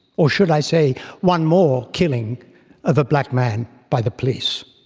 or should i say one more killing of a black man by the police.